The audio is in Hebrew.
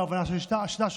בהבנה של השיטה,